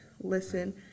listen